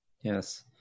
Yes